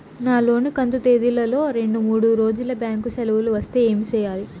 నా లోను కంతు తేదీల లో రెండు మూడు రోజులు బ్యాంకు సెలవులు వస్తే ఏమి సెయ్యాలి?